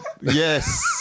Yes